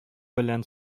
белән